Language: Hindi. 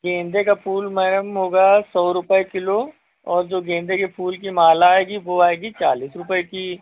गेंदे का फूल मैडम होगा सौ रुपये किलो और जो गेंदे के फूल की माला आएगी वे आएंगी चालीस रुपये की